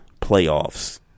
playoffs